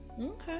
okay